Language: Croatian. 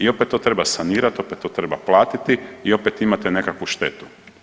I opet to treba sanirat, opet to treba platiti i opet imate neku štetu.